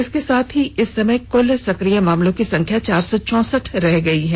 इसके साथ ही इस समय कुल सक्रिय मामलों की संख्या चार सौ चौसठ रह गई है